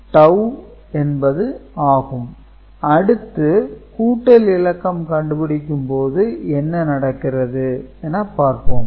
Ci 1 Si Ai ⊕ Bi ⊕ Ci 1 அடுத்து கூட்டல் இலக்கம் கண்டுபிடிக்கும் போது என்ன நடக்கிறது என பார்ப்போம்